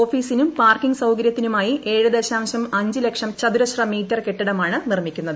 ഓഫീസിനും parking സൌകര്യത്തിനുമായി ഗ്ദ്ധ് ലക്ഷം ചതുരശ്ര മീറ്റർ കെട്ടിടമാണ് നിർമ്മിക്കുന്നത്